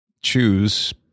choose